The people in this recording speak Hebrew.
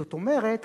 זאת אומרת,